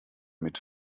mit